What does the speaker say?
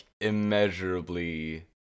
immeasurably